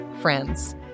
friends